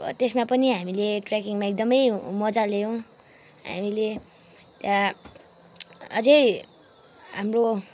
त्यसमा पनि हामीले ट्रेकिङमा एकदमै मजा लियौँ हामीले त्यहाँ आजै हाम्रो